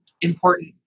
important